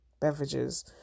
beverages